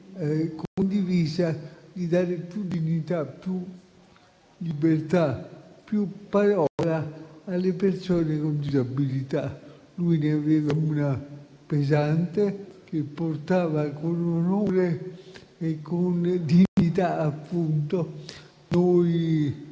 condivisa, di dare più dignità, libertà e parola alle persone con disabilità. Lui ne aveva una pesante, che portava con onore e dignità, appunto. Noi